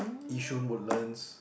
Yishun Woodlands